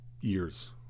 years